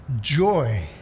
joy